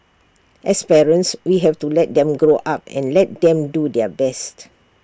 as parents we have to let them grow up and let them do their best